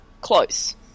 close